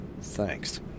Thanks